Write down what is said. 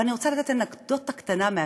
אבל אני רוצה לתת אנקדוטה קטנה מהשבוע.